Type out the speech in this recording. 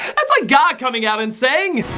that's like god coming out and saying i